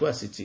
କୁ ଆସିଛି